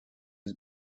has